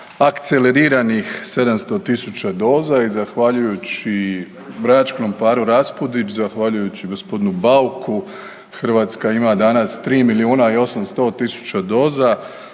akceleriranih 700.000 doza i zahvaljujući bračnom paru Raspudić, zahvaljujući g. Bauku Hrvatska ima danas 3 milijuna